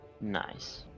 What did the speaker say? Nice